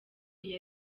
iyi